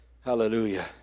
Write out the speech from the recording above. hallelujah